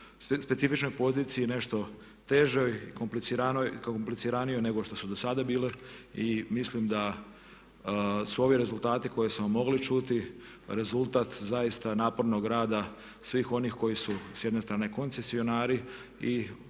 specifičnoj poziciji, nešto težoj i kompliciranijoj nego što su do sada bile i mislim da su ovi rezultati koje smo mogli čuti rezultat zaista napornog rada svih onih koji su s jedne strane koncesionari i